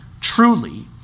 truly